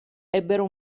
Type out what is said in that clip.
ebbero